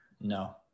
no